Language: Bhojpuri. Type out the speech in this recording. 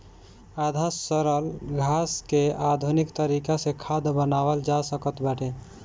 आधा सड़ल घास के आधुनिक तरीका से खाद बनावल जा सकत बाटे